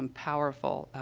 um powerful,